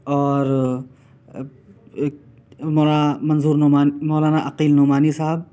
اور مولانا منظور نعمانی مولانا عقیل نعمانی صاحب